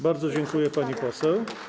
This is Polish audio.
Bardzo dziękuję, pani poseł.